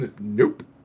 Nope